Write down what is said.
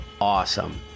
awesome